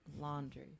laundry